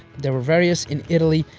there were various in italy,